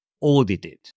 audited